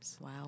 Wow